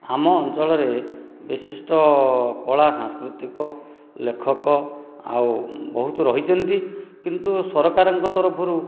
ଆମ ଅଞ୍ଚଳରେ ବିଶିଷ୍ଟ କଳା ସାଂସ୍କୃତିକ ଲେଖକ ଆଉ ବହୁତ ରହିଛନ୍ତି କିନ୍ତୁ ସରକାରଙ୍କ ତରଫରୁ